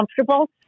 comfortable